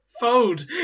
Fold